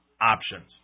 options